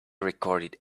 recorded